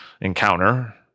encounter